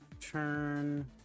turn